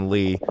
Lee